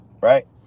right